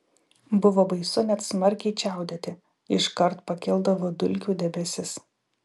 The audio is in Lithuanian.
buvo baisu net smarkiai čiaudėti iškart pakildavo dulkių debesis